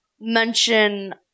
mention